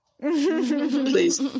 Please